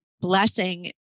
blessing